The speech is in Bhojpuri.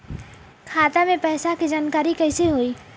खाता मे पैसा के जानकारी कइसे होई?